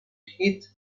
heed